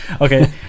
Okay